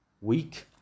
week